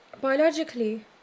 biologically